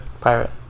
Pirate